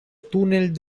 túnel